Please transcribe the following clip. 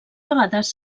vegades